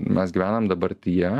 mes gyvenam dabartyje